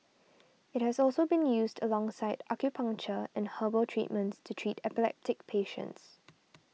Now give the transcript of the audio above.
it has also been used alongside acupuncture and herbal treatments to treat epileptic patients